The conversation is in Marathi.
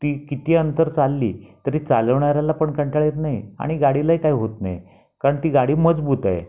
ती किती अंतर चालली तरी चालवणाऱ्याला पण कंटाळा येत नाही आणि गाडीलाही काही होत नाही कारण ती गाडी मजबूत आहे